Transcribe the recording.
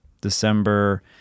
December